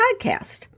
podcast